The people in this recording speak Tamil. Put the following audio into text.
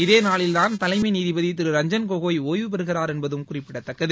இதே நாளில்தான் தலைமை நீதிபதி திரு ரஞ்ஜன் கோகாய் ஒய்வு பெறுகிறார் என்பது குறிப்பிடத்தக்கது